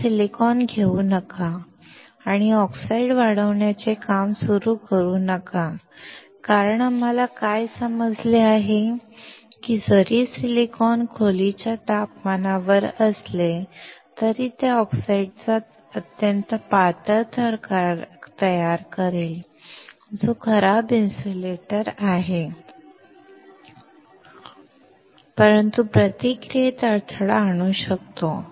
थेट सिलिकॉन घेऊ नका आणि ऑक्साईड वाढवण्याचे काम सुरू करू नका कारण आम्हाला काय समजले आहे की जरी सिलिकॉन खोलीच्या तपमानावर असले तरी ते ऑक्साईडचा अत्यंत पातळ थर तयार करेल जो खराब इन्सुलेटर आहे परंतु प्रक्रियेत अडथळा आणू शकतो